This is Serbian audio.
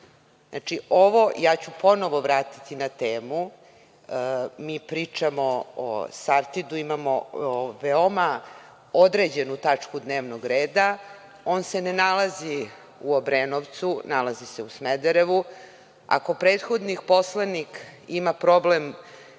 Znači, ovo, ja ću ponovo vratiti na temu, mi pričamo o Sartidu, imamo veoma određenu tačku dnevnog reda, on se ne nalazi u Obrenovcu. Nalazi se u Smederevu. Ako prethodni poslanik ima problem